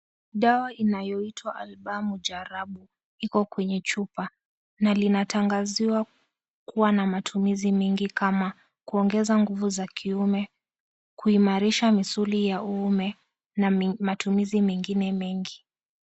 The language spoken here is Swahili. Dawa inayoitwa "Albam Jarabu" iko kwenye chupa na linatangaziwa kuwa na matumizi mingi kama kuongeza nguvu za kiume, kuimarisha misuli ya uume na matumizi mengine mengi.